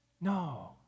No